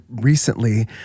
recently